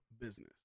business